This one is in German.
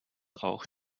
auch